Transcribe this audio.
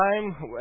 time